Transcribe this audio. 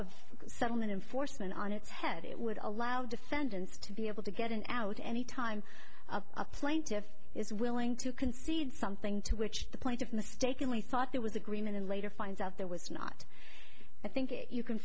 of settlement enforcement on its head it would allow defendants to be able to get an out any time a plaintiff is willing to concede something to which the point of mistakenly thought there was agreement and later finds out there was not i think you can